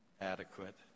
Adequate